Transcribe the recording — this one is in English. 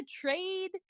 trade